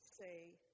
say